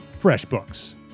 FreshBooks